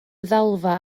ddalfa